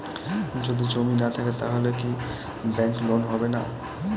যদি জমি না থাকে তাহলে কি ব্যাংক লোন হবে না?